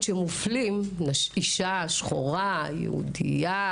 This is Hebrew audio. שמופלים אישה, שחורה, יהודייה